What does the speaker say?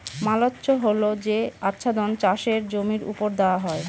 mulch হল যে আচ্ছাদন চাষের জমির ওপর দেওয়া হয়